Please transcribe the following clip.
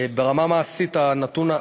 אבל ב-2015 אמרתם.